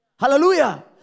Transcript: Hallelujah